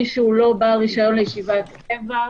מי שהוא לא בעל רשיון לישיבת קבע,